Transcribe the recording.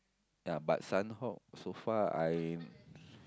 ah but Sanhok so far I